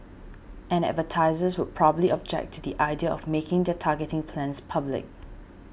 and advertisers would probably object to the idea of making their targeting plans public